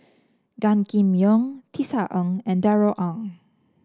Gan Kim Yong Tisa Ng and Darrell Ang